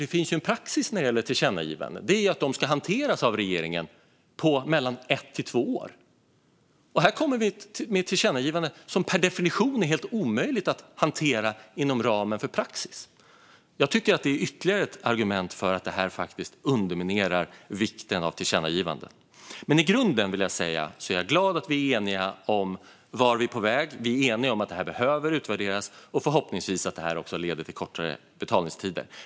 Det finns ju en praxis när det gäller tillkännagivanden, nämligen att de ska hanteras av regeringen på mellan ett och två år, och det som händer här är att man kommer med ett tillkännagivande som per definition är helt omöjligt att hantera inom ramen för praxis. Jag tycker att det är ytterligare ett argument för att detta faktiskt underminerar vikten av tillkännagivanden. Jag vill dock säga att jag i grunden är glad att vi är eniga om vart vi är på väg. Vi är eniga om att det här behöver utvärderas och förhoppningsvis om att det leder till kortare betalningstider.